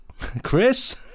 Chris